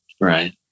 Right